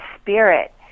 spirit